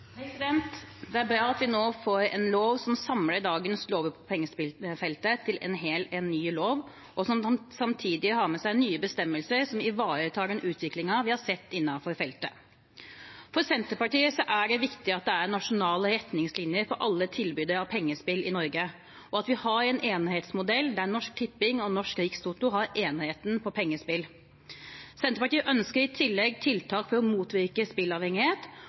bra at vi nå får en lov som samler dagens lov på pengespillfeltet til en ny lov, og som samtidig har med seg nye bestemmelser, som ivaretar den utviklingen vi har sett innenfor feltet. For Senterpartiet er det viktig at det er nasjonale retningslinjer for alle tilbydere av pengespill i Norge, og at vi har en enerettsmodell, der Norsk Tipping og Norsk Rikstoto har eneretten på pengespill. Senterpartiet ønsker i tillegg tiltak for å motvirke